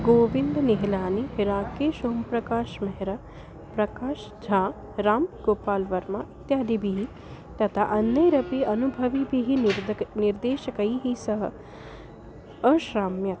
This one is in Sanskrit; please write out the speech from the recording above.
गोविन्दद निहिलानि राकेश् उम्प्रकाश् मेह्रा प्रकाश् झा रां गोपाल् वर्मा इत्यादिभिः तथा अन्यैरपि अनुभविभिः निर्देशकः निर्देशकैः सह अश्राम्यत्